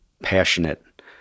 passionate